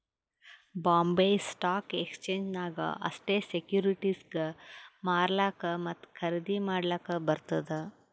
Bombay stock exchange ನಾಗ್ ಅಷ್ಟೇ ಸೆಕ್ಯೂರಿಟಿಸ್ಗ್ ಮಾರ್ಲಾಕ್ ಮತ್ತ ಖರ್ದಿ ಮಾಡ್ಲಕ್ ಬರ್ತುದ್